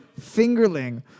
Fingerling